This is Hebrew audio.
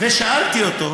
ושאלתי אותו: